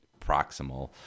proximal